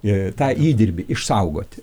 jie tą įdirbį išsaugoti